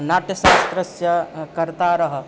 नाट्यशास्त्रस्य कर्तारः